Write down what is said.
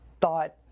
thought